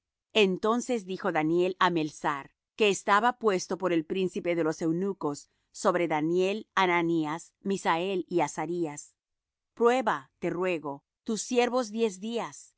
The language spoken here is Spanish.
entonces dijo daniel á melsar que estaba puesto por el príncipe de los eunucos sobre daniel ananías misael y azarías prueba te ruego tus siervos diez días y